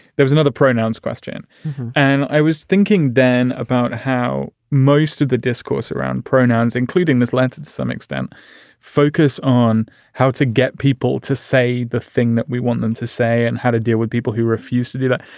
there was another pronouns question and i was thinking then about how most of the discourse around pronouns, including this lancet's some extent focus on how to get people to say the thing that we want them to say and how to deal with people who refuse to do that.